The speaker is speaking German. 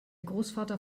großvater